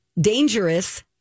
dangerous